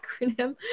acronym